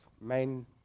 main